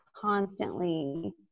constantly